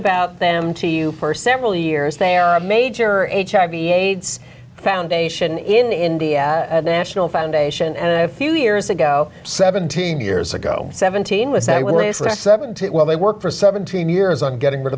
about them to you for several years there are major h hiv aids foundation in india at national foundation and a few years ago seventeen years ago seventeen was a waste of seven well they work for seventeen years on getting rid